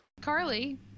carly